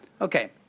Okay